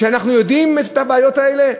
כשאנחנו יודעים את הבעיות האלה?